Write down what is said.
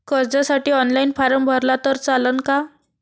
कर्जसाठी online form भरला तर चालन का?